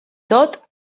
tot